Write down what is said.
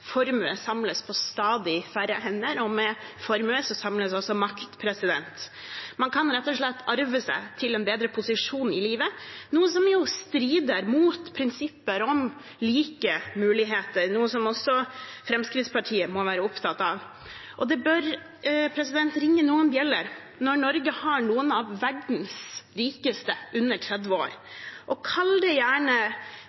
formue samles på stadig færre hender, og med formue samles også makt. Man kan rett og slett arve seg til en bedre posisjon i livet, noe som strider mot prinsipper om like muligheter, som også Fremskrittspartiet må være opptatt av. Det bør ringe noen bjeller når Norge har noen av verdens rikeste under 30 år.